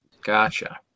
gotcha